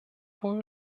wohl